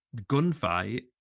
gunfight